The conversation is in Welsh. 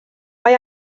mae